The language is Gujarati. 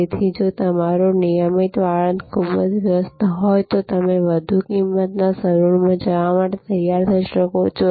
તેથી જો તમારો નિયમિત વાળંદ ખૂબ જ વ્યસ્ત હોય તો તમે વધુ કિંમતના સલૂનમાં જવા માટે તૈયાર થઈ શકો છો